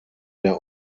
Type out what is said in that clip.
der